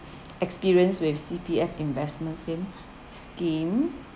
experience with C_P_F investments scheme scheme